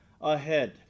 ahead